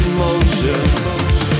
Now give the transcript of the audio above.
motion